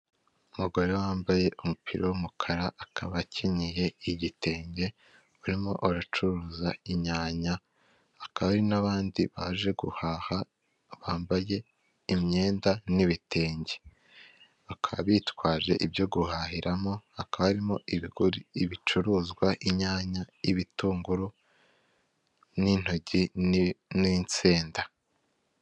Umugore wirabura ufite imisatsi myinshi y’umukara namaso ajya kuba matoya wambaye ikanzu iri mu ibara ry'umutuku, umweru, ndetse n’umukara ahagaze imbere y’ igikuta gifite ibara ry'mweru.